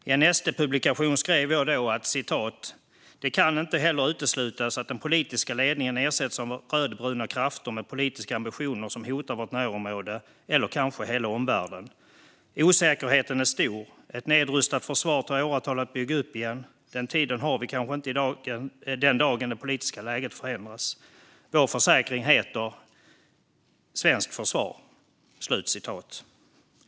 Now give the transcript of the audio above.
I en SD-publikation skrev jag då att det heller inte kan uteslutas att den politiska ledningen ersätts av rödbruna krafter med politiska ambitioner som hotar vårt närområde eller kanske hela omvärlden. Jag skrev vidare att osäkerheten är stor, att ett nedrustat försvar tar åratal att bygga upp igen och att vi kanske inte har den tiden då det politiska läget förändras samt att vår försäkring heter svenskt försvar.